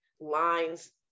lines